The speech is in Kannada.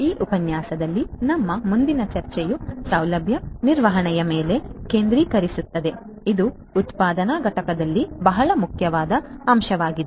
ಈ ಉಪನ್ಯಾಸದಲ್ಲಿ ನಮ್ಮ ಮುಂದಿನ ಚರ್ಚೆಯು ಸೌಲಭ್ಯ ನಿರ್ವಹಣೆಯ ಮೇಲೆ ಕೇಂದ್ರೀಕರಿಸುತ್ತದೆ ಇದು ಉತ್ಪಾದನಾ ಘಟಕಗಳಲ್ಲಿ ಬಹಳ ಮುಖ್ಯವಾದ ಅಂಶವಾಗಿದೆ